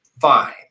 fine